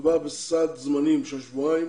מדובר בסעד זמנים של שבועיים,